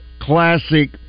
Classic